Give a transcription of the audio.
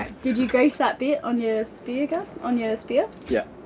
did you grease that bit on your spear gun? on your spear? yeah,